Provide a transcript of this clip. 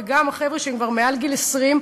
וגם החבר'ה שהם כבר מעל גיל 20,